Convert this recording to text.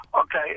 Okay